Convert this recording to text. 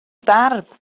fardd